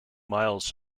miles